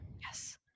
Yes